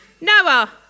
Noah